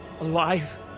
Alive